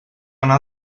anar